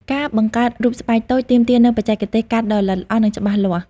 ការបង្កើតរូបស្បែកតូច ទាមទារនូវបច្ចេកទេសកាត់ដ៏ល្អិតល្អន់ និងច្បាស់លាស់។